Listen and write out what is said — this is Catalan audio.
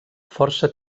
força